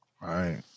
Right